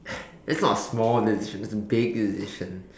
that's not a small decision that's a big decision